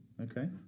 Okay